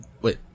wait